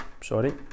Sorry